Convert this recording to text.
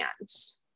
hands